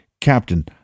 Captain